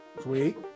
Sweet